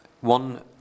One